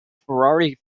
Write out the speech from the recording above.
ferrari